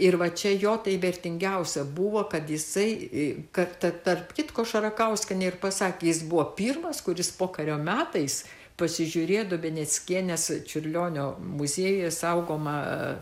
ir va čia jo tai vertingiausia buvo kad jisai kad ta tarp kitko šarakauskienė ir pasakė jis buvo pirmas kuris pokario metais pasižiūrėjo dubeneckienės čiurlionio muziejuje saugomą